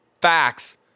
facts